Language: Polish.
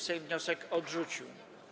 Sejm wniosek odrzucił.